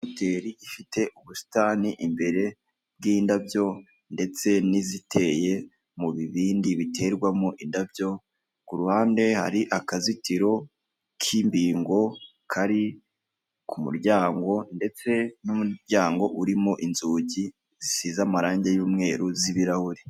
Ihoteri ifite ubusitani imbere bw'indabyo ndetse n'iziteye mu bibindi biterwamo indabyo ku ruhande hari akazitiro k'imbingo kari ku muryango ndetse n'umuryango urimo inzugi zisize amarange y'umweru z'ibirahure.